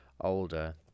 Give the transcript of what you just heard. older